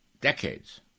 decades